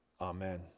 Amen